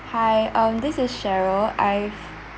hi um this is cheryl I